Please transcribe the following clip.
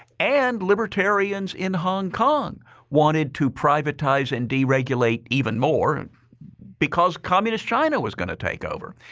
and libertarians in hong kong wanted to privatize and deregulate even more and because communist china was going to take over.